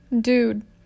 Dude